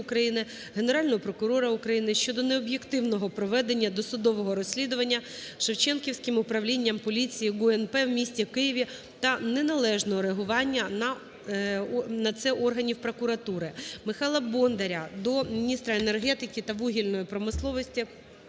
Генерального прокурора України щодо необ'єктивного проведення досудового розслідування Шевченківським управлінням поліції ГУНП у місті Києві та неналежного реагування на це органів прокуратури. Михайла Бондаря до міністра енергетики та вугільної промисловості